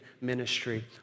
ministry